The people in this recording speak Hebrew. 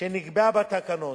שנקבעה בתקנות,